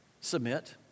Submit